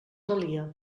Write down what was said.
valia